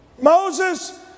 Moses